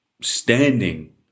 standing